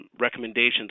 recommendations